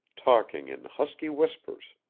talking in husky whispers.